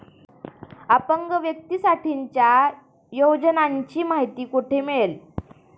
अपंग व्यक्तीसाठीच्या योजनांची माहिती कुठे मिळेल?